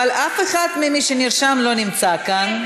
אבל אף אחד ממי שנרשם לא נמצא כאן.